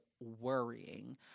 worrying